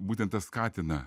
būtent tas skatina